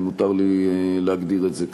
אם מותר לי להגדיר את זה כך: